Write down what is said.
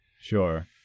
Sure